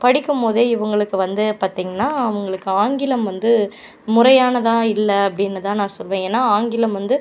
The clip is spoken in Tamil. படிக்கும்போதே இவங்களுக்கு வந்து பார்த்தீங்கன்னா அவர்களுக்கு ஆங்கிலம் வந்து முறையானதாக இல்லை அப்படின்னு தான் நான் சொல்வேன் ஏன்னால் ஆங்கிலம் வந்து